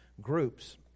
groups